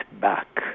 back